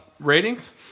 Ratings